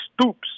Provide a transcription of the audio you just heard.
stoops